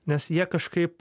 nes jie kažkaip